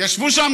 ישבו שם